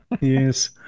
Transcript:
Yes